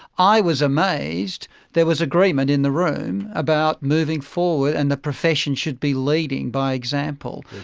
i was amazed there was agreement in the room about moving forward and the profession should be leading by example.